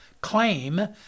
claim